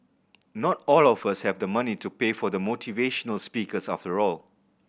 not all of us have the money to pay for the motivational speakers after all